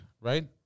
right